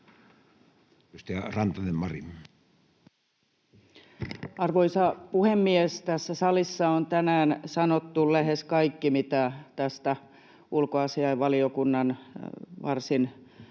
Arvoisa puhemies! Tässä salissa on tänään sanottu lähes kaikki, mitä tästä ulkoasiainvaliokunnan varsin